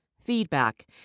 feedback